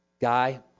Guy